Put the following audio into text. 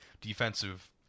defensive